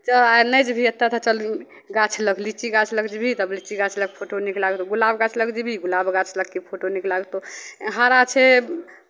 जँ आइ नहि जयबिही एतय तऽ चल गाछ लग लिच्ची गाछ लग जेबही तब लिच्ची गाछ लग फोटो नीक लागतौ गुलाब गाछ लग जेबही गुलाब गाछ लगके फोटो नीक लागतौ हरा छै